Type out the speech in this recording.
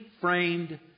Framed